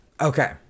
Okay